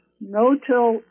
No-till